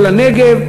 או לנגב,